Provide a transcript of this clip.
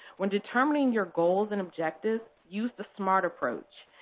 when determining your goals and objectives, use the smart approach,